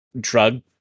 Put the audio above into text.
drug